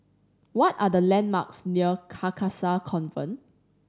what are the landmarks near Carcasa Convent